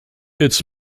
its